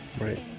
right